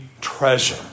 treasure